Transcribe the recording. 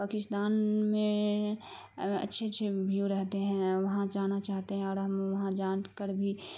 پاکستان میں اچھے اچھے بھیو رہتے ہیں وہاں جانا چاہتے ہیں اور ہم وہاں جان کر بھی